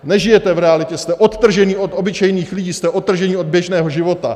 Nežijete v realitě, jste odtrženi od obyčejných lidí, jste odtrženi od běžného života.